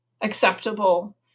acceptable